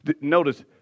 Notice